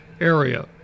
area